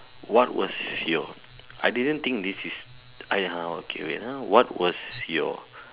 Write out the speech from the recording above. what was your I didn't think this is ah ya okay wait uh what was your